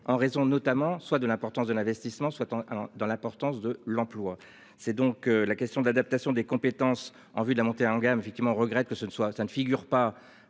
en raison, notamment, soit de l'importance de l'investissement soit en allant dans l'importance de l'emploi. C'est donc la question de l'adaptation des compétences en vue de la montée en gamme effectivement regrette que ce ne soit